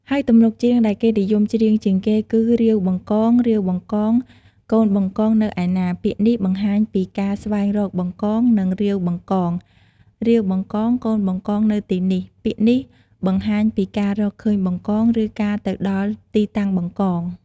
ហើយទំនុកច្រៀងដែលគេនិយមច្រៀងជាងគេគឺ រាវបង្កង រាវបង្កង កូនបង្កងនៅឯណា? ពាក្យនេះបង្ហាញពីការស្វែងរកបង្កង និង រាវបង្កង រាវបង្កង កូនបង្កងនៅទីនេះ! ពាក្យនេះបង្ហាញពីការរកឃើញបង្កង ឬការទៅដល់ទីតាំងបង្កង។